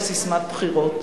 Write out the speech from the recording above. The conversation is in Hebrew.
לססמת בחירות,